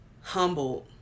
humbled